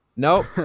Nope